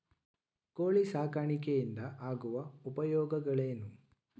ಕೋಳಿ ಸಾಕಾಣಿಕೆಯಿಂದ ಆಗುವ ಉಪಯೋಗಗಳೇನು?